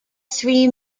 three